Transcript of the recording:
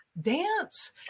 dance